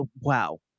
wow